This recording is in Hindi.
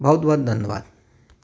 बहुत बहुत धन्यवाद